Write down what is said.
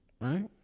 Right